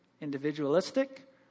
individualistic